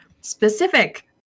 specific